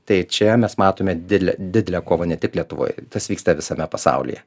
tai čia mes matome didelę didelę kovą ne tik lietuvoj tas vyksta visame pasaulyje